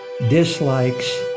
dislikes